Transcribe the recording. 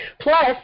Plus